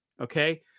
okay